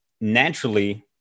naturally